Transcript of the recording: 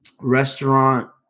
restaurant